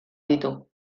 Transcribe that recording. ditu